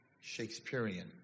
Shakespearean